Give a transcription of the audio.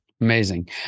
Amazing